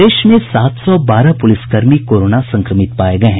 प्रदेश में सात सौ बारह पुलिस कर्मी कोरोना संक्रमित पाये गये हैं